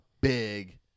big